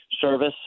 service